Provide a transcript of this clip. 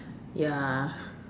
ya